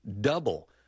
Double